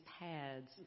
pads